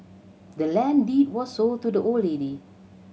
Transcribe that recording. the land deed was sold to the old lady